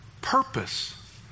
purpose